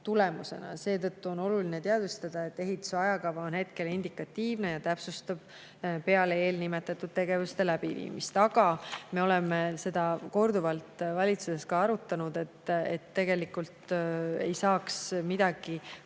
tulemusena. Seetõttu on oluline teadvustada, et ehituse ajakava on hetkel indikatiivne ja täpsustub peale eelnimetatud tegevuste läbiviimist. Aga me oleme korduvalt valitsuses arutanud ka seda, et tegelikult ei peaks midagi saama